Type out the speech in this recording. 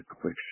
quick